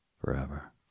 forever